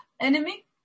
enemy